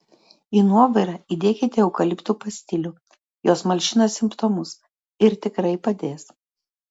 į nuovirą įdėkite eukaliptu pastilių jos malšina simptomus ir tikrai padės